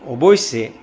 অৱশ্যে